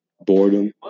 boredom